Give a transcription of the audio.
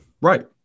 right